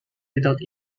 without